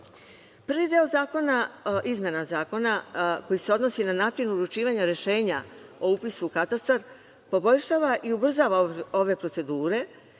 deo izmena zakona, koji je se odnosi na način uručivanja rešenja o upisu u katastar, poboljšava i ubrzava ove procedure,